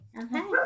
okay